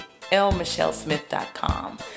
lmichellesmith.com